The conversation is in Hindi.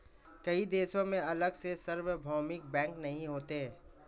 कई देशों में अलग से सार्वभौमिक बैंक नहीं होते